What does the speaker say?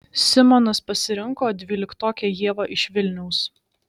simonas pasirinko dvyliktokę ievą iš vilniaus